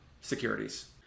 securities